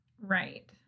Right